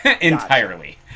entirely